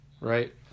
Right